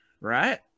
right